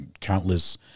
countless